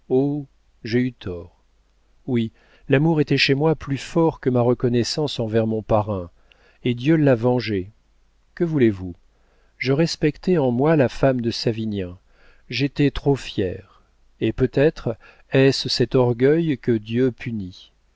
j'ai eu tort oui l'amour était chez moi plus fort que ma reconnaissance envers mon parrain et dieu l'a vengé que voulez-vous je respectais en moi la femme de savinien j'étais trop fière et peut-être est-ce cet orgueil que dieu punit